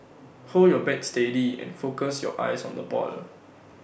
hold your bat steady and focus your eyes on the ball